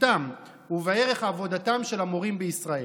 בחשיבותם ובערך עבודתם של המורים בישראל.